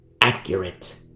accurate